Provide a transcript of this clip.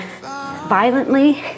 violently